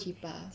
七八